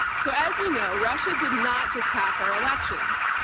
so as we know, russia did not just hack our elections.